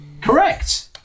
Correct